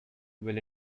will